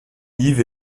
yves